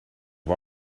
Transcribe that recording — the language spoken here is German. war